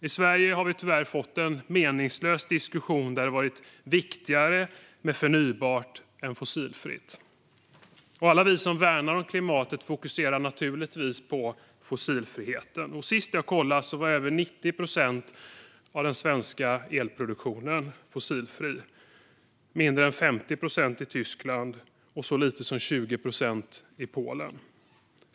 I Sverige har vi tyvärr fått en meningslös diskussion där det varit viktigare med förnybart än fossilfritt, och alla vi som värnar om klimatet fokuserar naturligtvis på fossilfriheten. Senast jag kollade var över 90 procent av den svenska elproduktionen fossilfri, mindre än 50 procent i Tyskland och så lite som 20 procent i Polen.